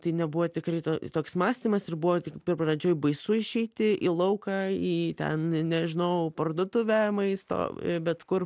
tai nebuvo tikrai to toks mąstymas ir buvo tik pradžioj baisu išeiti į lauką į ten nežinau parduotuvę maisto bet kur